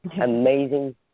amazing